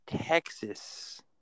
Texas